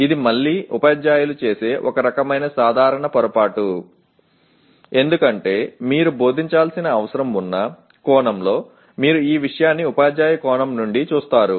ఇది మళ్ళీ ఉపాధ్యాయులు చేసే ఒక రకమైన సాధారణ పొరపాటు ఎందుకంటే మీరు బోధించాల్సిన అవసరం ఉన్న కోణంలో మీరు ఈ విషయాన్ని ఉపాధ్యాయ కోణం నుండి చూస్తారు